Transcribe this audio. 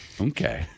Okay